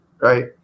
Right